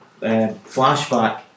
flashback